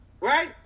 Right